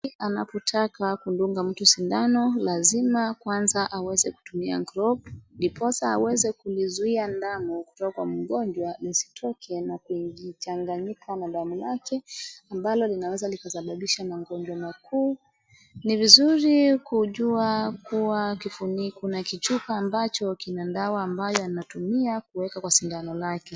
Anapotaka kudunga mtu sindano, lazima kwanza aweze kutumia glovu ndiposa aweze kulizuia damu kutoka kwa mgonjwa isitoke na kuingichanganyika na damu yake, ambalo linaweza likasababisha magonjwa makuu. Ni vizuri kujua kuwa kuna kifuniko kuna kichupa ambacho kina dawa ambayo anatumia kuweka kwa sindano lake.